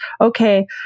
okay